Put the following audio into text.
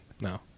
no